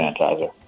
sanitizer